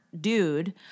dude